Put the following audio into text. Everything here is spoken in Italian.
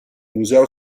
museo